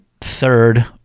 third